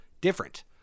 different